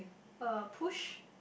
uh push